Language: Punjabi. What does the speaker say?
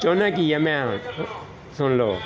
ਚਾਹੁੰਦਾ ਕੀ ਹਾਂ ਮੈਂ ਸੁਣ ਲਓ